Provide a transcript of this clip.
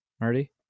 marty